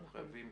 אנחנו חייבים